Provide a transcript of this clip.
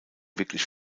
wirklich